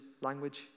language